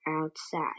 outside